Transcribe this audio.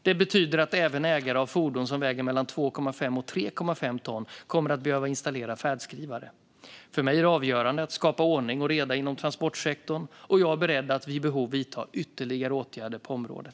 Det betyder att även att ägare av fordon som väger mellan 2,5 och 3,5 ton kommer att behöva installera färdskrivare. För mig är det avgörande att skapa ordning och reda inom transportsektorn, och jag är beredd att vid behov vidta ytterligare åtgärder på området.